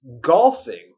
golfing